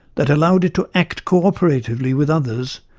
that allowed it to act cooperatively with others,